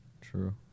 true